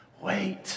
wait